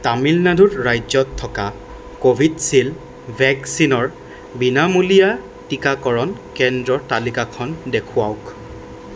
তামিলনাডু ৰাজ্যত থকা কোভিচিল্ড ভেকচিনৰ বিনামূলীয়া টিকাকৰণ কেন্দ্ৰৰ তালিকাখন দেখুৱাওক